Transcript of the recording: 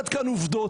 עד כאן עובדות.